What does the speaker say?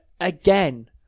again